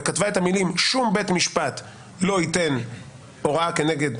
וכתבה את המילים: "שום בית משפט לא ייתן הוראה כנגד